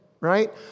right